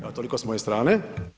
Evo toliko s moje strane.